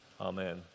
Amen